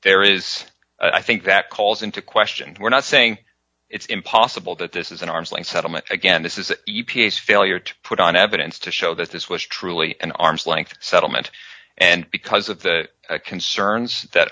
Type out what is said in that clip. there is i think that calls into question we're not saying it's impossible that this is an arm's length settlement again this is e p a s failure to put on evidence to show that this was truly an arm's length settlement and because of the concerns that